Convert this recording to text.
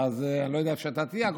ואז אני לא יודע איפה אתה תהיה.